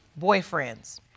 boyfriends